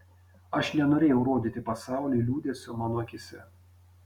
aš nenorėjau rodyti pasauliui liūdesio mano akyse